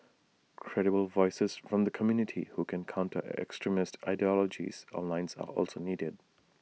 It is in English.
credible voices from the community who can counter extremist ideologies online are also needed